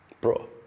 bro